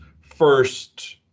first